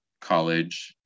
college